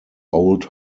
old